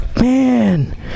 Man